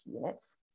units